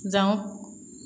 যাওক